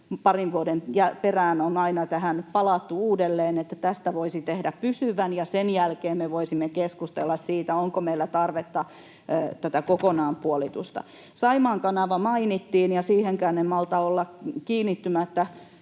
parin vuoden perään on aina palattu tähän uudelleen, että tästä voisi tehdä pysyvän, ja sen jälkeen me voisimme keskustella siitä, onko meillä tarvetta tätä kokonaan poistaa. Saimaan kanava mainittiin, ja siihenkään en malta olla kiinnittymättä.